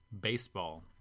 baseball